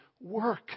work